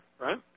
right